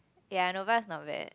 ya Nova is not bad